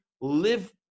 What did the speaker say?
live